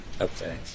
Okay